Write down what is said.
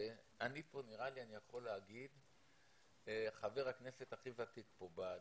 אני יכול לומר שאני חבר הכנסת הכי ותיק בדיון.